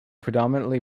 predominantly